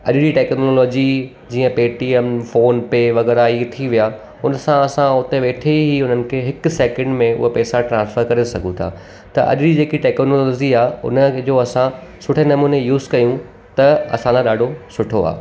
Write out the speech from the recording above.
अॼु जी टैक्नॉलोजी जीअं पेटीअम फ़ोन पे वग़ैरह इहे थी वया हुन सां असां हुते वेठे ई हुननि खे हिकु सैकिंड में उहे पैसा ट्रांस्फर करे सघूं था त अॼु जी जेकी टैक्नॉलोज़ी आहे हुन जो असां सुठे नमूने यूज़ कयूं त असां लाइ ॾाढो सुठो आहे